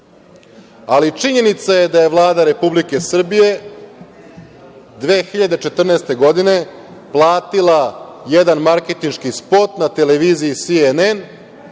ali činjenica je da je Vlada Republike Srbije 2014. godine platila jedan marketinški spot na televiziji CNN,